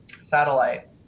satellite